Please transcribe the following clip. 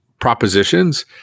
propositions